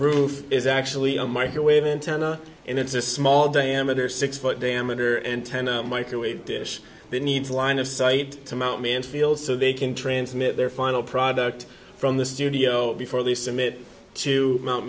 roof is actually a microwave antenna and it's a small diameter six foot diameter antenna microwave dish that needs line of sight to mount mansfield so they can transmit their final product from the studio before they submit to